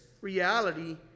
reality